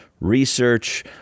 research